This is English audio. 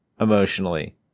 emotionally